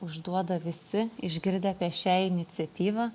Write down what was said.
užduoda visi išgirdę apie šią iniciatyvą